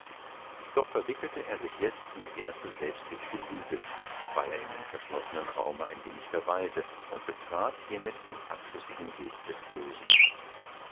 doch verwickelte er sich jetzt in die erste selbsttätige lüge weil er in dem verschlossenen raume ein wenig verweilte und er betrat hiermit den abschüssigen weg des bösen